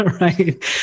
right